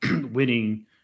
winning